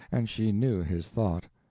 and she knew his thought